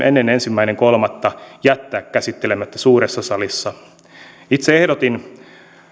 ennen ensimmäinen kolmatta jättää käsittelemättä suuressa salissa itse ehdotin